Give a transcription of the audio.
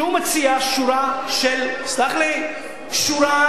שמציע שורה של תיקונים.